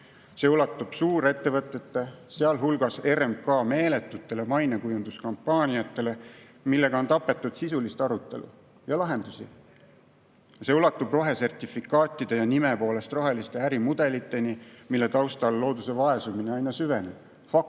See ulatub suurettevõtete, sealhulgas RMK meeletute mainekujunduskampaaniateni, millega on tapetud sisulist arutelu ja lahendusi. See ulatub rohesertifikaatide ja nime poolest rohelise äri mudeliteni, mille taustal looduse vaesumine aina süveneb. Fakte